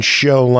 show